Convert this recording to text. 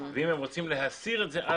ואם רוצים להסיר את זה-